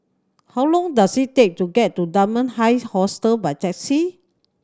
how long does it take to get to Dunman High Hostel by taxi